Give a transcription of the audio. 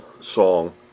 song